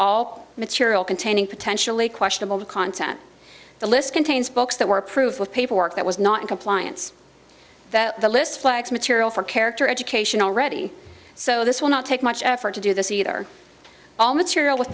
all material containing potentially questionable content the list contains books that were approved with paperwork that was not in compliance that the list flex material for character education already so this will not take much effort to do this either all material with